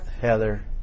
Heather